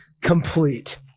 complete